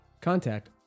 Contact